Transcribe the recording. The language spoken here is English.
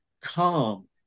calm